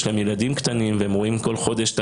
יש להם ילדים קטנים והם רואים כל חודש את